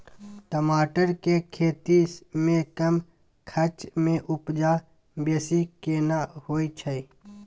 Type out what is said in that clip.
टमाटर के खेती में कम खर्च में उपजा बेसी केना होय है?